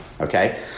okay